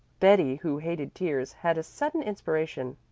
betty, who hated tears, had a sudden inspiration.